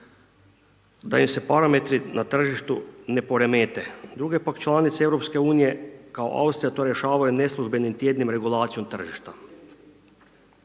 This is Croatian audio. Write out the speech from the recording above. da im se parametri na tržištu ne poremete, druge, pak, članice EU, kao Austrija to rješavaju neslužbenim tjednom regulacijom tržišta.